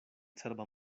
cerba